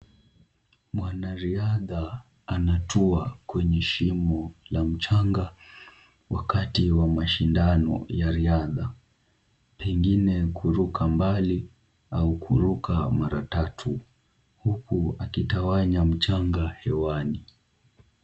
Mwanariadha anatuwa kwenye shimo la mchanga wakati wa mashindano ya riadha, pengine kuruka mbali au kuruka mara tatu huku akitawanya mchanga hewani.